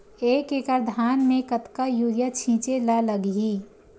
एक एकड़ धान में कतका यूरिया छिंचे ला लगही?